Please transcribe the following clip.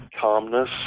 calmness